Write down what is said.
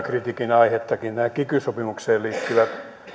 kritiikin aihettakin nämä kiky sopimukseen liittyvät